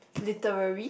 literally